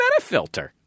Metafilter